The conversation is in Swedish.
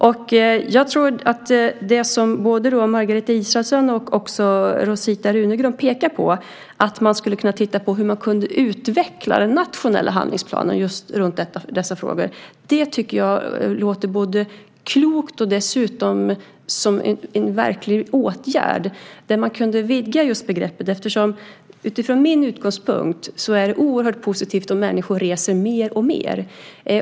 Både det som Margareta Israelsson och Rosita Runegrund pekar på, nämligen att man skulle kunna titta på hur man kan utveckla den nationella handlingsplanen när det gäller dessa frågor, tycker jag låter både klokt och som en verklig åtgärd så att man kan vidga begreppet. Från min utgångspunkt är det oerhört positivt om människor reser mer och mer.